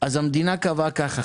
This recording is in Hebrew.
אז המדינה קבעה ככה.